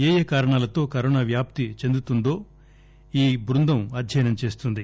ఏయే కారణాలతో కరోనా వ్యాప్తి చెందుతుందో ఈ బృందం అధ్యయనం చేస్తుంది